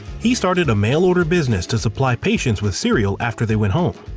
he started a mail order business to supply patients with cereal after they went home.